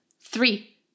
Three